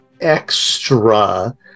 extra